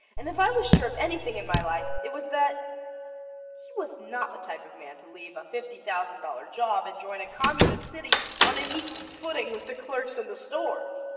and if i was sure of anything in my life, it was that he was not the type of man to leave a fifty thousand dollar job and join a communist city on an equal footing with the clerks in the stores.